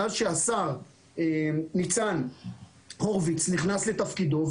מאז שהשר ניצן הורוביץ נכנס לתפקידו,